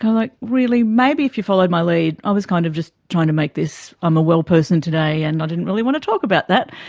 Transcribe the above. ah like, really, maybe if you followed my lead, i was kind of just trying to make this, i'm a well person today and i didn't really want to talk about that.